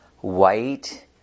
white